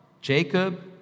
Jacob